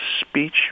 speech